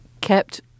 kept